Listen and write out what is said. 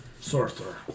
sorcerer